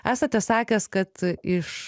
esate sakęs kad iš